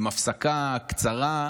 עם הפסקה קצרה,